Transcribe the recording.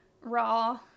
raw